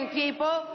people